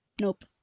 nope